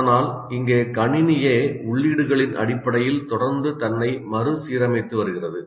ஆனால் இங்கே கணினியே உள்ளீடுகளின் அடிப்படையில் தொடர்ந்து தன்னை மறுசீரமைத்து வருகிறது